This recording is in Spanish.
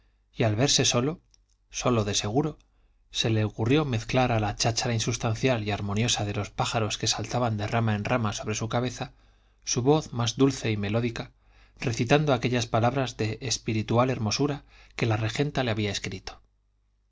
y al verse solo solo de seguro se le ocurrió mezclar a la cháchara insustancial y armoniosa de los pájaros que saltaban de rama en rama sobre su cabeza su voz más dulce y melódica recitando aquellas palabras de espiritual hermosura que la regenta le había escrito